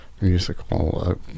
musical